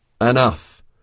enough